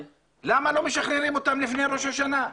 למה לא משחררים אותם לפני ראש השנה?